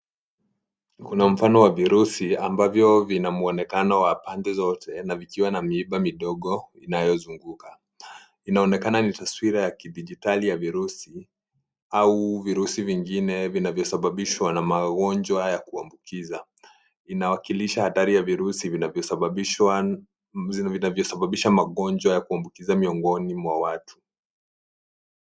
Kuna mfano wa virusi ambavyo vina muonekano wa pande zote na vikiwa na miiba midogo inayozunguka. Inaonekana ni taswira ya kidigitali ya virusi au virusi vingine vinavyosababishwa na magonjwa ya kuambukiza. Inawakilisha hatari ya virusi vinavyosababisha magonjwa ya kuambukiza miongoni mwa watu.